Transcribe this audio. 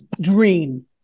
dream